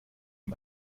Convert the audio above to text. ihm